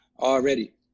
already